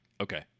Okay